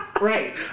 Right